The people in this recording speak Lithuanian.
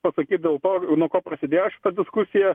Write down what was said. pasakyti dėl to nuo ko prasidėjo diskusija